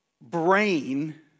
brain